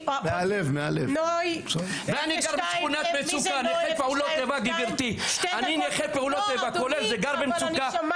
אני נכה פעולות איבה וגר בשכונת מצוקה.